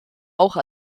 auch